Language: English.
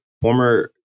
former